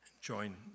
join